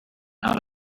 how